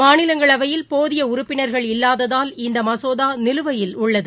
மாநிலங்களவையில் போதியஉறுப்பினர்கள் இல்லாததால் இந்தமசோதாநிலுவையில் உள்ளது